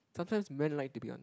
sometimes men like to be on